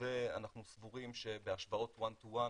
ואנחנו סבורים שבהשפעות one to one,